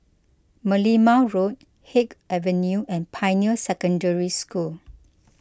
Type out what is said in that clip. Merlimau Road Haig Avenue and Pioneer Secondary School